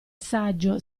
saggio